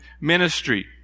ministry